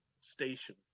station